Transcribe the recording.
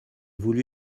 voulu